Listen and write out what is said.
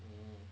oh